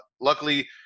Luckily